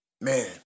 Man